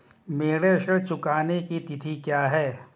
मेरे ऋण चुकाने की तिथि क्या है?